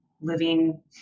living